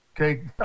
Okay